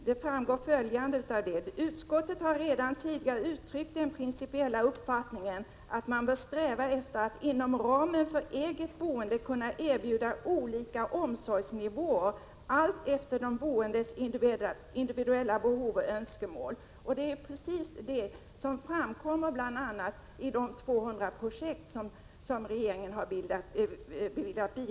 Där står följande: ”Utskottet har redan tidigare uttryckt den principiella uppfattningen att man bör sträva efter att inom ramen för ett eget boende kunna erbjuda olika omsorgsnivåer alltefter de boendes individuella behov och önskemål.” Det är precis detta som ingår i bl.a. de 200 projekt som regeringen har beviljat bidrag till.